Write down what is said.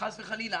חס וחלילה,